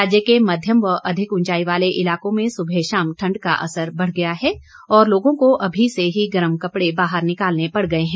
राज्य के मध्यम व अधिक ऊंचाई वाले इलाकों में सुबह शाम ठंड का असर बढ़ गया है और लोगों को अभी से ही गर्म कपड़े बाहर निकालने पड़ गए हैं